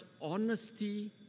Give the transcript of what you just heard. honesty